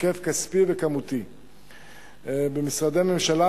היקף כספי וכמותי במשרדי ממשלה,